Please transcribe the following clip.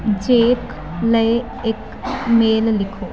Jack ਲਈ ਇੱਕ mail ਲਿਖੋ